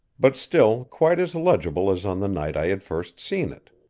but still quite as legible as on the night i had first seen it.